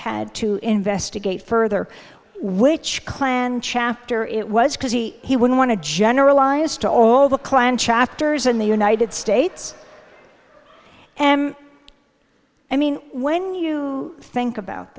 had to investigate further which klan chapter it was because he he would want to generalize to all the klan chapters in the united states and i mean when you think about